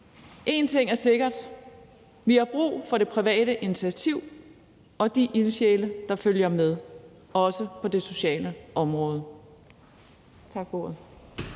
En ting er sikker: Vi har brug for det private initiativ og de ildsjæle, der følger med, også på det sociale område.